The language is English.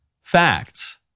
facts